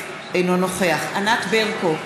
אינו נוכח ענת ברקו,